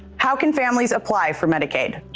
how can families apply for medicaid.